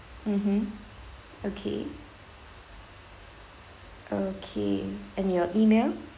mmhmm okay okay and your email